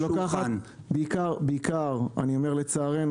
שלוקחת בעיקר לצערנו,